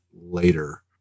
later